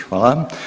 Hvala.